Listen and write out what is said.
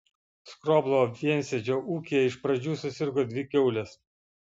skroblo viensėdžio ūkyje iš pradžių susirgo dvi kiaulės